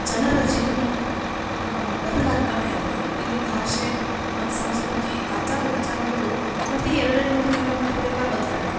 ಜನರ ಜೀವನ ಬದಲಾಗ್ತನೆ ಇರ್ತದೆ ಇಲ್ಲಿ ಭಾಷೆ ಮತ್ತು ಸಂಸ್ಕೃತಿ ಆಚಾರ ವಿಚಾರಗಳು ಪ್ರತೀ ಎರಡೆರಡು ನೂರು ಕಿಲೊಮೀಟರ್ಗೆಲ್ಲ ಬದಲಾಗ್ತದೆ